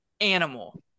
animal